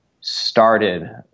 started